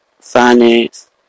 finance